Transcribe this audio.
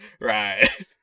Right